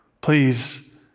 Please